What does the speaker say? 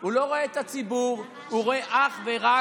הוא לא רואה את הציבור, הוא רואה אך ורק,